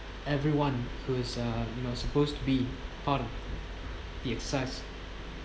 everyone who is uh you know supposed to be part of the excess